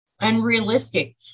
unrealistic